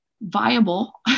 viable